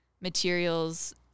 materials